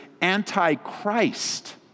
anti-Christ